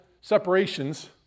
separations